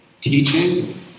teaching